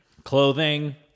Clothing